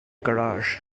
garage